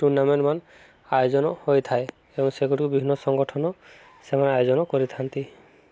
cricket ଟୁର୍ଣ୍ଣାମେଣ୍ଟମାନ ଆୟୋଜନ ହୋଇଥାଏ ଏବଂ ସେଗୁଡ଼ିକୁ ବିଭିନ୍ନ ସଂଗଠନ ସେମାନେ ଆୟୋଜନ କରିଥାନ୍ତି